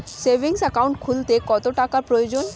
Savings account খুলতে কত টাকার প্রয়োজন?